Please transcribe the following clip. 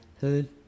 Hood